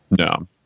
No